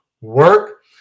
work